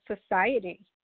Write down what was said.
society